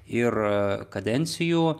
ir kadencijų